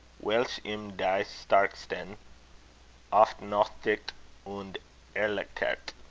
welche ihm die starksten aufnothigt und erleichtert.